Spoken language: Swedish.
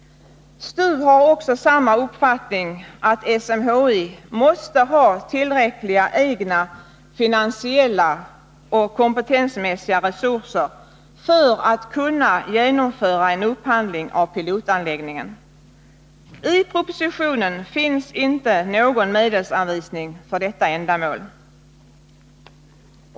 STU har också samma uppfattning, att SMHI måste ha tillräckliga egna finansiella och kompetensmässiga resurser för att kunna genomföra en upphandling av pilotanläggningen. I propositionen finns inte någon medelsanvisning för detta ändamål.